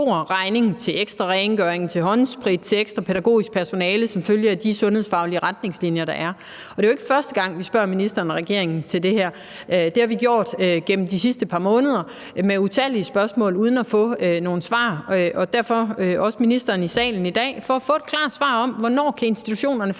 regning til ekstra rengøring, håndsprit og ekstra pædagogisk personale som følge af de sundhedsfaglige retningslinjer, der er. Det er jo ikke første gang, vi spørger ministeren og regeringen om det her. Det har vi gjort gennem de sidste par måneder med utallige spørgsmål uden at få nogen svar. Derfor spørger vi også ministeren i salen i dag for at få et klart svar på, hvornår institutionerne